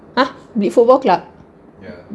!huh! big football club